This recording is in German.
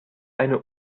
eine